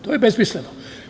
To je besmisleno.